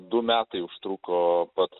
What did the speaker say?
du metai užtruko pats